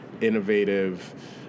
innovative